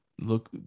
look